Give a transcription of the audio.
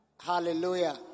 Hallelujah